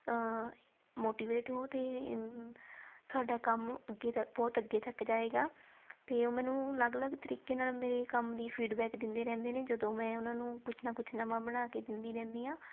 motivate ਹੋ ਅਤੇ ਤੁਹਾਡਾ ਕੰਮ ਅੱਗੇ ਤੱਕ ਬਹੁਤ ਅੱਗੇ ਤੱਕ ਜਾਏਗਾ ਅਤੇ ਉਹ ਮੈਨੂੰ ਅਲੱਗ ਅਲੱਗ ਤਰੀਕੇ ਨਾਲ ਮੇਰੇ ਕੰਮ ਦੀ ਫੀਡਬੈਕ ਦਿੰਦੇ ਰਹਿੰਦੇ ਨੇ ਜਦੋਂ ਮੈਂ ਉਹਨਾਂ ਨੂੰ ਕੁਛ ਨਾ ਕੁਛ ਨਵਾਂ ਬਣਾ ਕੇ ਦਿੰਦੀ ਰਹਿੰਦੀ ਹਾਂ